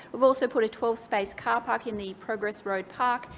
we've also put a twelve space car park in the progress road park,